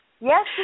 Yes